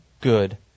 Good